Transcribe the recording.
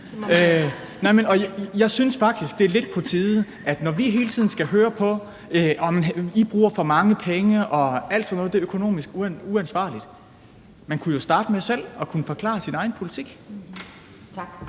Jeg synes faktisk, det er lidt på tide. Vi skal hele tiden høre på, at vi bruger for mange penge, og at det er økonomisk uansvarligt, men man kunne jo starte med selv at kunne forklare sin egen politik. Kl.